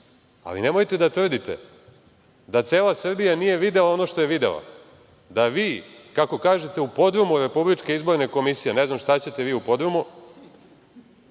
Ali, nemojte da tvrdite da cela Srbija nije videla ono što je videla, da vi, kako kažete u podrumu RIK, ne znam šta ćete vi u podrumu,